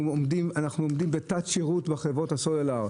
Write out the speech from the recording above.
אנחנו עומדים בתת-שירות בחברות הסלולר,